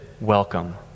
welcome